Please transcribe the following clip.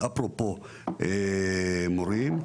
אפרופו מורים,